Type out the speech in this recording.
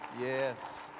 yes